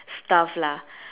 stuff lah